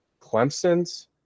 Clemson's